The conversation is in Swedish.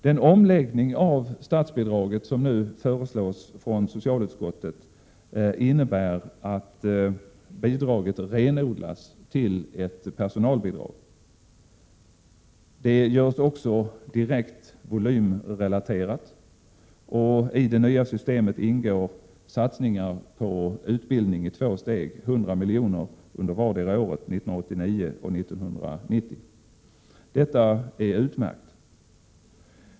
Den omläggning av statsbidragssystemet som nu föreslås av socialutskottet innebär att bidraget renodlas till att bli ett personalbidrag, och det blir också direkt volymrelaterat. I det nya systemet ingår satsningar på utbildning i två steg, och 100 milj.kr. utgår för vartdera av åren 1989 och 1990. Detta är utmärkt.